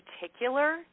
particular